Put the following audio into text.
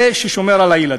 זה ששומר על הילדים.